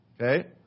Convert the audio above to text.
okay